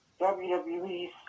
WWE